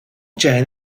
jane